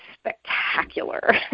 spectacular